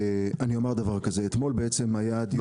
אני אומר דבר כזה, אתמול בעצם היה דיון.